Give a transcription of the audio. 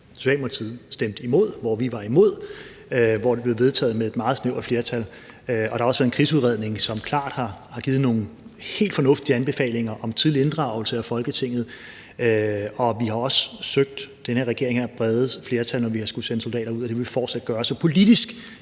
hvor Socialdemokratiet var imod, og hvor det blev vedtaget med et meget snævert flertal. Og der har også været en krigsudredning, som klart har givet nogle helt fornuftige anbefalinger om tidlig inddragelse af Folketinget. Den her regering har også søgt brede flertal, når vi har skullet sende soldater ud, og det vil vi fortsat gøre. Så politisk